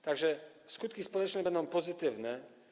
Tak że skutki społeczne będą pozytywne.